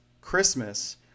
Christmas